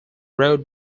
road